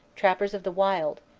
trappers of the wild,